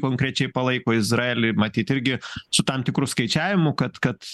konkrečiai palaiko izraelį matyt irgi su tam tikru skaičiavimu kad kad